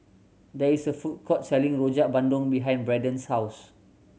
there is a food court selling Rojak Bandung behind Braden's house